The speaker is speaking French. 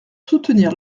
soutenir